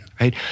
right